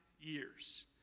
years